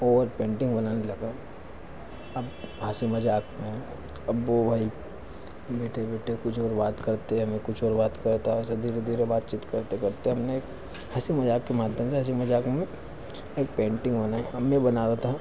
और पेंटिंग बनाने लगा अब हंसी मज़ाक में अब वह भाई बैठे बैठे कुछ और बात करते या मैं कुछ और बात करता ऐसे धीरे धीरे बातचीत करते करते हमने एक हंसी मज़ाक के माध्यम से हंसी मज़ाक में एक पेंटिंग बनाई अब में बना रहा था